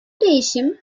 değişim